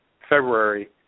February